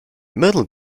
middle